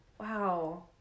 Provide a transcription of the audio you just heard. Wow